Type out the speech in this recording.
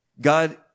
God